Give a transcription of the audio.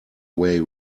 way